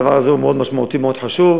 הדבר הזה הוא מאוד משמעותי ומאוד חשוב.